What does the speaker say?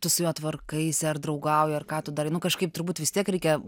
tu su juo tvarkaisi ar draugauji ar ką tu darai nu kažkaip turbūt vis tiek reikia